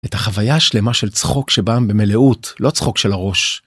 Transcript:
את החוויה השלמה של צחוק שבם במלאות, לא צחוק של הראש.